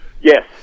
Yes